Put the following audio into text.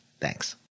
Thanks